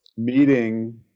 Meeting